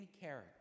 character